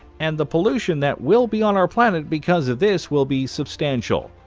and the pollution that will be on our planet because of this will be substantial.